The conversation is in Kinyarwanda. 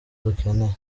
dukeneye